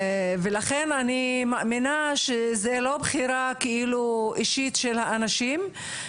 ולכן אני מאמינה שזה לא בחירה אישית של האנשים,